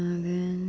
uh then